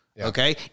Okay